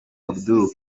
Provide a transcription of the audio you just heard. abdul